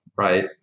Right